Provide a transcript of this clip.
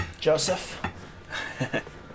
joseph